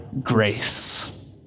grace